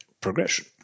progression